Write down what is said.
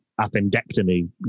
appendectomy